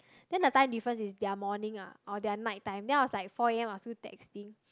then the time difference is their morning ah or their nighttime then I'm was like four A_M I'm still texting